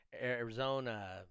arizona